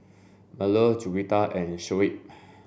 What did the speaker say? Melur Juwita and Shoaib